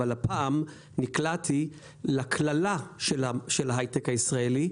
אבל הפעם נקלעתי לקללה של ההייטק הישראלי.